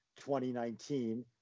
2019